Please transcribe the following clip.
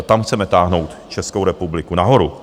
Tam chceme táhnout Českou republiku nahoru.